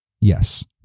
Yes